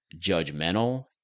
judgmental